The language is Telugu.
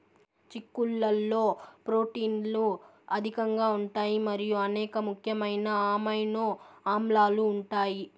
చిక్కుళ్లలో ప్రోటీన్లు అధికంగా ఉంటాయి మరియు అనేక ముఖ్యమైన అమైనో ఆమ్లాలు ఉంటాయి